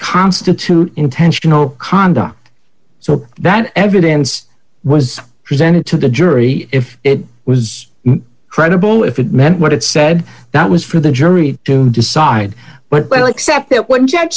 constitute intentional conduct so that evidence was presented to the jury if it was credible if it meant what it said that was for the jury to decide but well except that when j